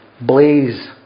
blaze